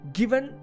given